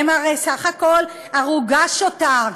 הם הרי בסך הכול ערוגה שוטה,